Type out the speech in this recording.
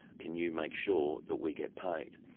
can you make sure that we get paid?